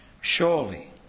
surely